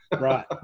Right